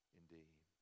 indeed